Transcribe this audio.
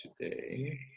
today